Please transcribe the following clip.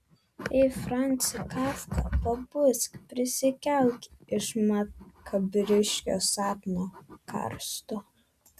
ei francai kafka pabusk prisikelk iš makabriško sapno karsto